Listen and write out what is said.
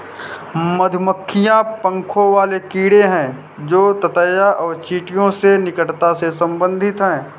मधुमक्खियां पंखों वाले कीड़े हैं जो ततैया और चींटियों से निकटता से संबंधित हैं